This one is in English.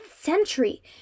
century